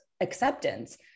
acceptance